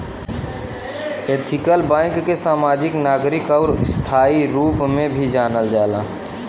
ethical bank के समाजिक, नागरिक आउर स्थायी रूप में भी जानल जाला